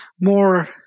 more